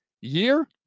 year